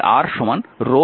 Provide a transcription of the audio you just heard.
ঠিক আছে